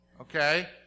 Okay